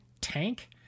tank